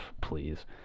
please